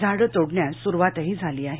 झाडं तोडण्यास सुरुवातही झाली आहे